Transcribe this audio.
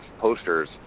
posters